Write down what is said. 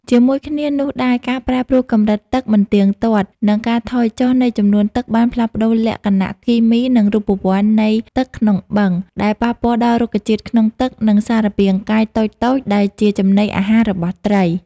ជាមួយគ្នានោះដែរ ការប្រែប្រួលកម្រិតទឹកមិនទៀងទាត់ និងការថយចុះនៃចំនួនទឹកបានផ្លាស់ប្តូរលក្ខណៈគីមី និងរូបវន្តនៃទឹកក្នុងបឹង ដែលប៉ះពាល់ដល់រុក្ខជាតិក្នុងទឹក និងសារពាង្គកាយតូចៗដែលជាចំណីអាហាររបស់ត្រី។